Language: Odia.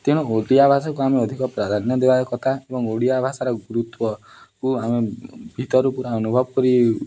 ତେଣୁ ଓଡ଼ିଆ ଭାଷାକୁ ଆମେ ଅଧିକ ପ୍ରାଧାନ୍ୟ ଦେବା କଥା ଏବଂ ଓଡ଼ିଆ ଭାଷାର ଗୁରୁତ୍ୱକୁ ଆମେ ଭିତର ପୁରା ଅନୁଭବ କରି